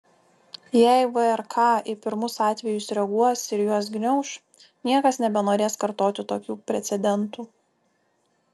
jei vrk į pirmus atvejus reaguos ir juos gniauš niekas nebenorės kartoti tokių precedentų